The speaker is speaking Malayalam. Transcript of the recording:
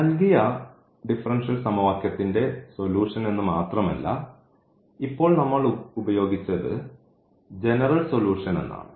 നൽകിയ ഡിഫറൻഷ്യൽ സമവാക്യത്തിന്റെ സൊലൂഷൻ എന്ന് മാത്രമല്ല ഇപ്പോൾ നമ്മൾ ഉപയോഗിച്ചത് ജനറൽ സൊലൂഷൻ എന്നാണ്